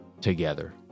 together